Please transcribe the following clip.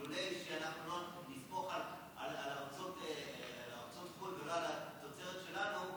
אם שלא נסמוך על ארצות חו"ל ולא על התוצרת שלנו,